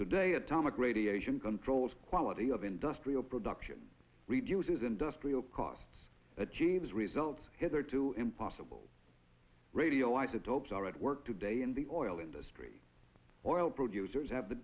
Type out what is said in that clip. today atomic radiation controls quality of industrial production reduces industrial costs achieves results hitherto impossible radioisotopes are at work today in the oil industry oil producers have the